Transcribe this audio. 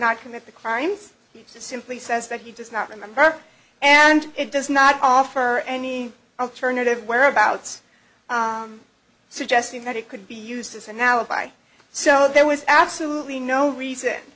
not commit the crime he simply says that he does not remember and it does not offer any alternative whereabouts suggesting that it could be used as an alibi so there was absolutely no reason